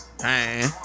Hey